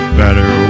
better